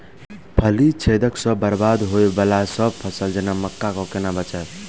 फली छेदक सँ बरबाद होबय वलासभ फसल जेना मक्का कऽ केना बचयब?